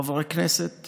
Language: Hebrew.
חברי הכנסת